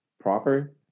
proper